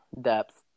depth